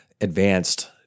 advanced